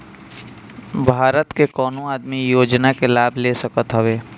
भारत के कवनो आदमी इ योजना के लाभ ले सकत हवे